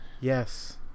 yes